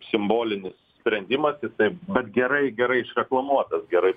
simbolinis sprendimas jisai bet gerai gerai išreklamuotas gerai